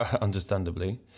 understandably